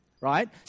right